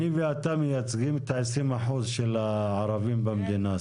אני ואתה מייצגים את ה-20% של הערבים במדינה,